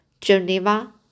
Geneva